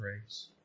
race